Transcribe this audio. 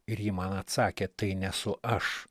ir ji man atsakė tai nesu aš